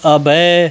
अभय